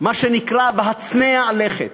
מה שנקרא הצנע לכת.